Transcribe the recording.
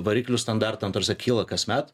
variklių standartam ta prasme kyla kasmet